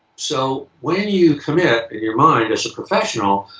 so when you commit in your mind as a professional,